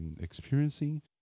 experiencing